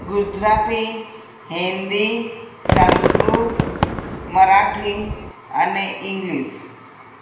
ગુજરાતી હિન્દી સંસ્કૃત મરાઠી અને ઇંગ્લિશ